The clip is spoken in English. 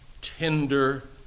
tender